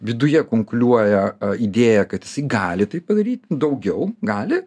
viduje kunkuliuoja idėja kad jisai gali tai padaryt daugiau gali